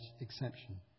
exception